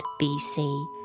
BC